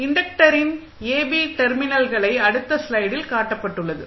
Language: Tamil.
இன்டக்டரின் AB டெர்மினல்களை அடுத்த ஸ்லைடில் காட்டப்பட்டுள்ளது